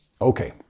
okay